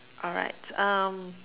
alright um